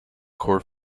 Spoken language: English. core